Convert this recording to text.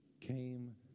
came